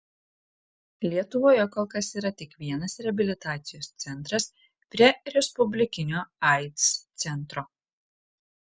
lietuvoje kol kas yra tik vienas reabilitacijos centras prie respublikinio aids centro